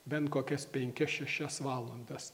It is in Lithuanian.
bent kokias penkias šešias valandas